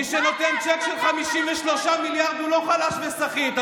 מי שנותן צ'ק של 53 מיליארד הוא לא חלש וסחיט.